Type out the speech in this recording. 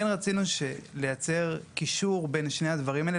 כן רצינו לייצר קישור בין שני הדברים האלה,